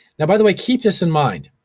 now, by the way, keep this in mind,